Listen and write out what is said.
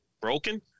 broken